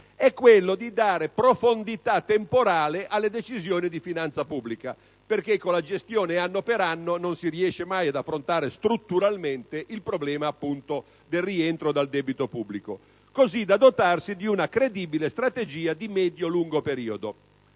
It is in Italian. è quello di dare profondità temporale alle decisioni di finanza pubblica, perché con la gestione anno per anno non si riesce mai ad affrontare strutturalmente il problema del rientro dal debito pubblico, così da dotarsi di una credibile strategia di medio-lungo periodo,